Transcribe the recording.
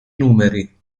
numeri